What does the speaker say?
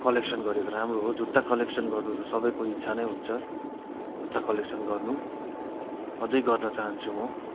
collection गरेको राम्रो हो जुत्ता कलेक्सन गर्नु त सबैको इच्छा नै हुन्छ जुत्ता कलेक्सन गर्नु अझै गर्न चाहन्छु म